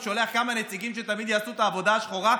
הוא שולח כמה נציגים שתמיד יעשו את העבודה השחורה.